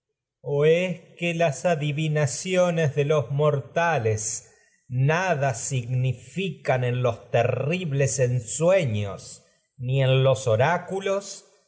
o es las que en adivinaciones de los mortales ensueños nada significad si la apari los terribles ni en los oráculos